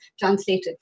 translated